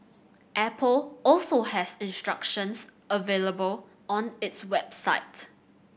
Apple also has instructions available on its website